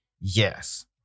yes